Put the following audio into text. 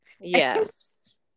yes